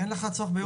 אין לך צורך בייעוץ.